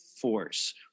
Force